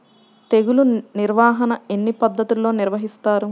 తెగులు నిర్వాహణ ఎన్ని పద్ధతుల్లో నిర్వహిస్తారు?